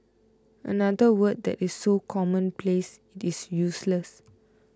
another word that is so commonplace it is useless